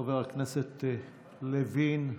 חבר הכנסת לוין,